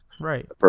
Right